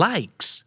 Likes